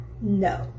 No